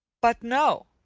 but no.